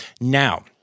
Now